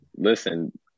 Listen